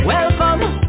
Welcome